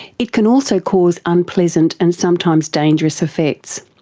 it can also cause unpleasant and sometimes dangerous effects.